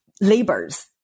laborers